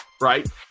Right